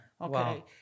Okay